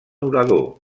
orador